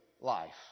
life